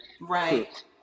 Right